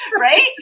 right